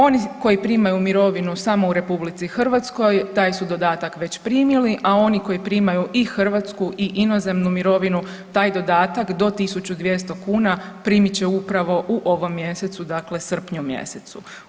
Oni koji primaju mirovinu samo u RH taj su dodatak već primili, a oni koji primaju i hrvatsku i inozemnu mirovinu taj dodatak do 1.200 kuna primit će upravo u ovom mjesecu, dakle srpnju mjesecu.